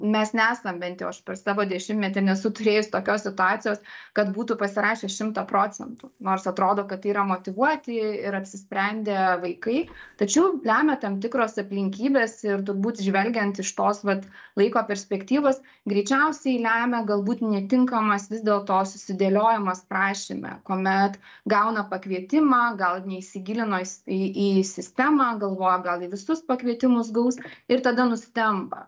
mes nesam bent jau aš per savo dešimtmetį nesu turėjus tokios situacijos kad būtų pasirašęs šimtą procentų nors atrodo kad yra motyvuoti ir apsisprendę vaikai tačiau lemia tam tikros aplinkybės ir turbūt žvelgiant iš tos vat laiko perspektyvos greičiausiai lemia galbūt netinkamas vis dėl to susidėliojimas prašyme kuomet gauna pakvietimą gal neįsigilino įį sistemą galvojo gal į visus pakvietimus gaus ir tada nustemba